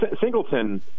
Singleton